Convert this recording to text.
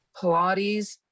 Pilates